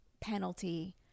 penalty